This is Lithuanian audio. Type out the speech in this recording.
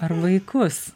ar vaikus